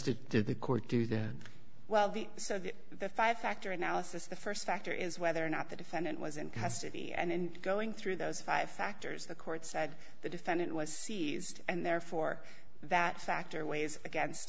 did the court do that well the so that the five factor analysis the st factor is whether or not the defendant was in custody and going through those five factors the court said the defendant was seized and therefore that factor weighs against